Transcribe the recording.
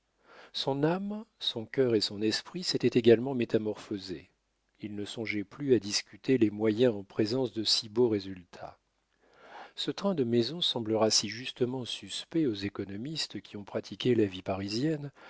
son âme son cœur et son esprit s'étaient également métamorphosés il ne songeait plus à discuter les moyens en présence de si beaux résultats ce train de maison semblera si justement suspect aux économistes qui ont pratiqué la vie parisienne